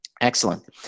excellent